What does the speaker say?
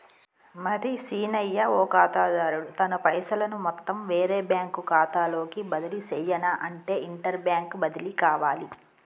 మరి సీనయ్య ఓ ఖాతాదారుడు తన పైసలను మొత్తం వేరే బ్యాంకు ఖాతాలోకి బదిలీ సెయ్యనఅంటే ఇంటర్ బ్యాంక్ బదిలి కావాలి